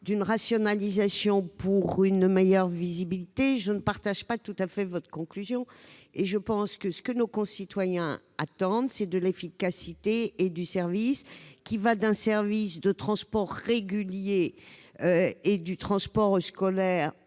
d'une rationalisation pour une meilleure visibilité, je ne partage pas tout à fait votre conclusion. À mon sens, ce que nos concitoyens attendent, c'est de l'efficacité et du service. Cela va d'un service de transport régulier ou du transport scolaire